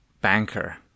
banker